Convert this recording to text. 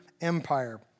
empire